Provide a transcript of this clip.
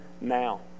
now